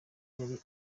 yari